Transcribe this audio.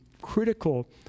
critical